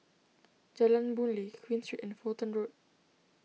Jalan Boon Lay Queen Street and Fulton Road